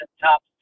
top